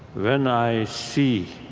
when i see